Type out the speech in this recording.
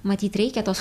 matyt reikia tos